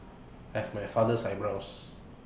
I have my father's eyebrows